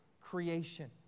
creation